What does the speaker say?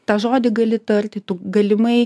tą žodį gali tarti tu galimai